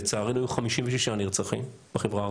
לצערנו היו 56 נרצחים בחברה הערבית,